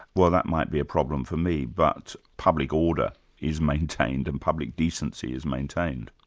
well, that might be a problem for me but public order is maintained, and public decency is maintained.